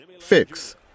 fix